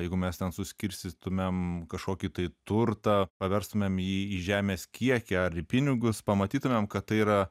jeigu mes ten suskirstytumėm kažkokį tai turtą paverstumėm jį į žemės kiekį ar į pinigus pamatytumėm kad tai yra